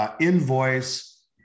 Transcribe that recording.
invoice